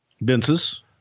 Vince's